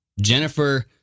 Jennifer